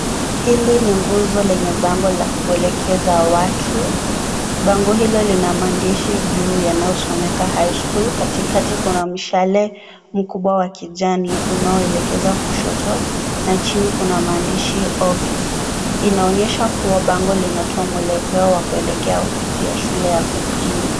Hili ni nguzo lenye bango la kuelekeza watu. Bango hilo, lina maandishi juu yanayosomeka high school . Katikati kuna mshale mkubwa wa kijani unaoelekeza kushoto na chini ofice . Inaonyesha kuwa, bango linatoa mwelekezi wa kuelekea ofisi ya shule ya pili.